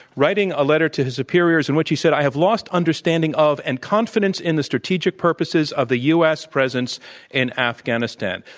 writing a letter to his superiors in which he said, i have lost understanding of and confidence in the strategic purposes of the u. s. presence in afghanistan.